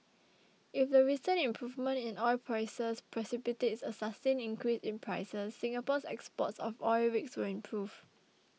if the recent improvement in oil prices precipitates a sustained increase in prices Singapore's exports of oil rigs will improve